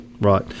Right